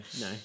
no